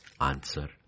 answer